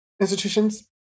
institutions